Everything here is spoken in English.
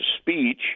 speech